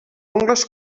ungles